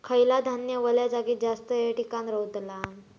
खयला धान्य वल्या जागेत जास्त येळ टिकान रवतला?